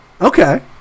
okay